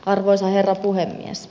arvoisa herra puhemies